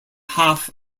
half